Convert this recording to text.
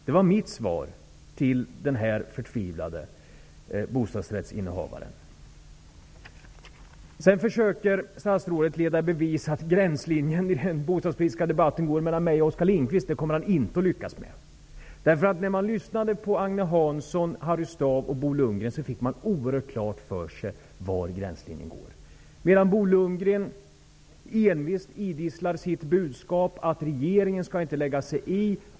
Det var mitt svar till den förtvivlade bostadsrättsinnehavaren. Statsrådet försöker leda i bevis att gränslinjen i den bostadspolitiska debatten går mellan mig och Oskar Lindkvist. Det kommer han inte att lyckas med. När man lyssnade på Agne Hansson, Harry Staaf och Bo Lundgren fick man oerhört klart för sig var gränslinjen går. Bo Lundgren idisslar envist sitt budskap om att regeringen inte skall lägga sig i.